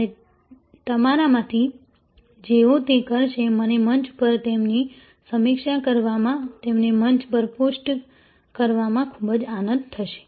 અને તમારામાંથી જેઓ તે કરશે મને મંચ પર તેમની સમીક્ષા કરવામાં તેમને મંચ પર પોસ્ટ કરવામાં ખૂબ આનંદ થશે